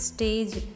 Stage